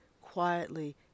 quietly